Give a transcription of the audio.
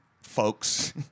folks